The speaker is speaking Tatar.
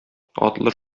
атлы